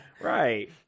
Right